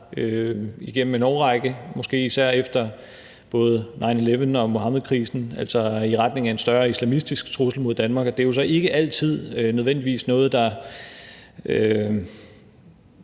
igennem en årrække, måske især efter både 9/11 og Muhammedkrisen, bevæget sig i retning af en større islamistisk trussel mod Danmark. Det er jo så ikke altid nødvendigvis noget, der